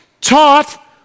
taught